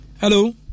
hello